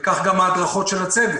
וכך גם ההדרכות של הצוות.